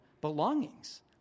belongings